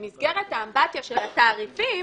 במסגרת האמבטיה של התעריפים,